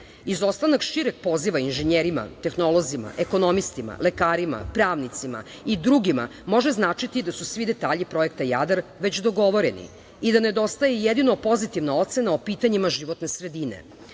Izostanak šireg poziva inženjerima, tehnolozima, ekonomistima, lekarima, pravnicima i drugima može značiti da su svi detalji Projekta „Jadar“ već dogovoreni i da nedostaje jedino pozitivna ocena o pitanjima životne sredine.